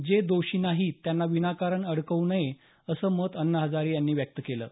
जे दोषी नाहीत त्यांना विनाकारण अडकव् नये असं मत हजारे यांनी व्यक्त केलं आहे